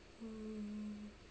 mm